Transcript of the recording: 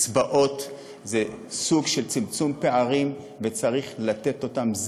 שקצבאות זה סוג של צמצום פערים, וצריך לתת אותן.